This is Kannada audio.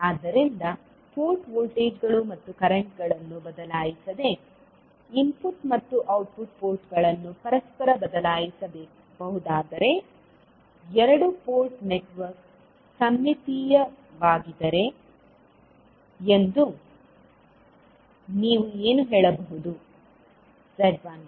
ಆದ್ದರಿಂದ ಪೋರ್ಟ್ ವೋಲ್ಟೇಜ್ಗಳು ಮತ್ತು ಕರೆಂಟ್ಗಳನ್ನು ಬದಲಾಯಿಸದೆ ಇನ್ಪುಟ್ ಮತ್ತು ಔಟ್ಪುಟ್ ಪೋರ್ಟ್ಗಳನ್ನು ಪರಸ್ಪರ ಬದಲಾಯಿಸಬಹುದಾದರೆ ಎರಡು ಪೋರ್ಟ್ ನೆಟ್ವರ್ಕ್ಸಮ್ಮಿತೀಯವಾಗಿದೆ ಎಂದು ನೀವು ಏನು ಹೇಳಬಹುದು